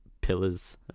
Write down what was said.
pillars